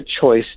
choice